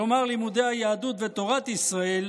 כלומר לימודי היהדות ותורת ישראל,